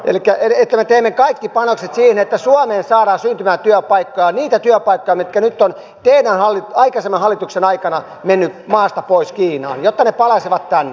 elikkä me teemme kaikki panokset siihen että suomeen saadaan syntymään työpaikkoja niitä työpaikkoja mitkä ovat aikaisemman hallituksen aikana menneet maasta pois kiinaan jotta ne palaisivat tänne